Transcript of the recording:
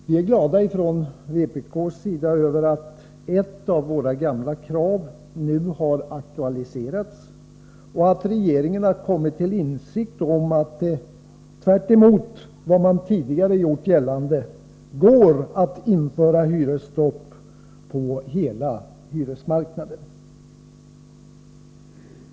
Vi är från vpk:s sida glada över att ett av våra gamla krav nu har aktualiserats och att regeringen har kommit till insikt om att det — tvärtemot vad man tidigare gjort gällande — går att införa ett hyresstopp på hela hyresmarknaden.